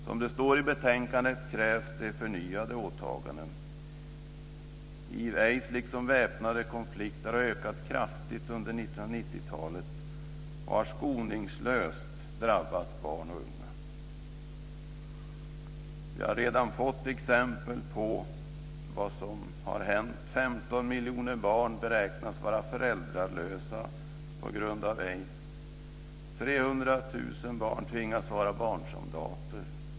Som det står i betänkandet krävs det förnyade åtaganden. Hiv och aids liksom väpnade konflikter har ökat kraftigt under 1990-talet och har skoningslöst drabbat barn och unga. Vi har redan fått exempel på vad som har hänt. 15 miljoner barn beräknas vara föräldralösa på grund av aids. 300 000 barn tvingas vara barnsoldater.